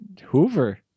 Hoover